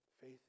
Faith